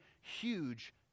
huge